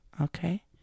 Okay